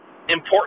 important